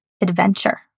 adventure